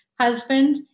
husband